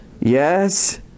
Yes